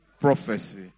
prophecy